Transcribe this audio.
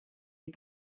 est